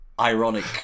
ironic